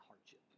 hardship